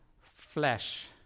flesh